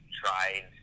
tried